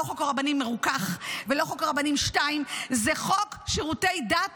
לא חוק רבנים מרוכך ולא חוק רבנים 2. זה חוק שירותי דת